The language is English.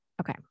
Okay